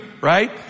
right